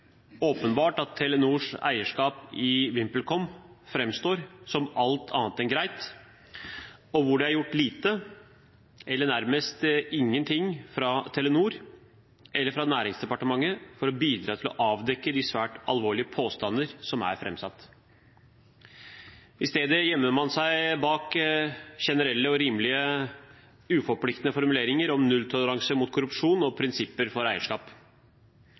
åpenbart at Telenors eierskap i VimpelCom framstår som alt annet enn greit, og det er gjort lite eller nærmet ingenting fra Telenor eller fra Næringsdepartementet for å bidra til å avdekke de svært alvorlige påstander som er framsatt. I stedet gjemmer man seg bak generelle og rimelig uforpliktende formuleringer om nulltoleranse mot korrupsjon og prinsipper for eierskap.